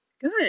Good